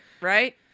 right